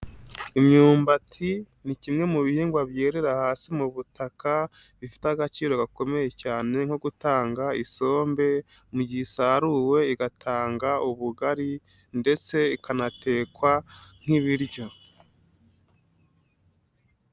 Imyumbati ni kimwe mu bihingwa byerera hasi mu butaka, bifite agaciro gakomeye cyane nko gutanga isombe, mu gihe isaruwe igatanga ubugari ndetse ikanatekwa nk'ibiryo.